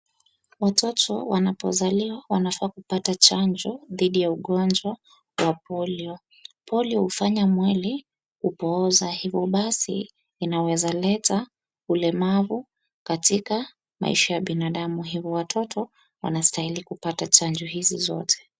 Watoto wanapozaliwa wanafaa kupata chanjo dhidi ya ugonjwa wa polio. Polio hufanyaa mwili kupooza hivo basi inaweza leta ulemavu katika maisha ya binadamu. Hivo watoto wanastahili kupata chanjo hizi zote.